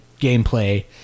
gameplay